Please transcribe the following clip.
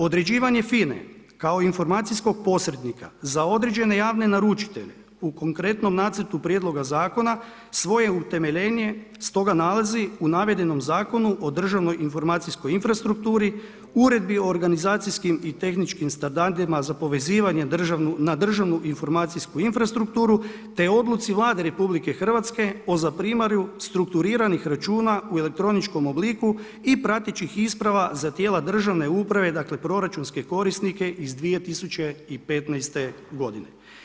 Određivanje FINA-e kao informacijskog posrednika za određene javne naručitelje u konkretnom nacrtu prijedloga zakona svoje utemeljenje stoga nalazi u navedenom Zakonu o državnoj i informacijskoj infrastrukturi, Uredbi o organizacijskim i tehničkim standardima za povezivanje na državnu informacijsku infrastrukturu te odluci Vlade RH o zaprimanju strukturiranih računa u elektroničkom obliku i pratećih isprava za tijela državne uprave, dakle proračunske korisnike iz 2015. godine.